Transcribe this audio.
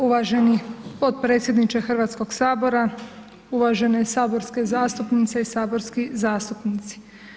Uvaženi potpredsjedniče Hrvatskog sabora, uvažene saborske zastupnice i saborski zastupnici.